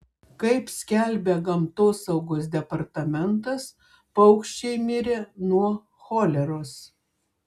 kaip skelbia gamtosaugos departamentas paukščiai mirė nuo choleros